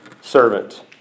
servant